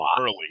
early